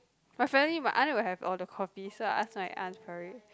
but family my aunt will have all the copy so I ask my aunt for it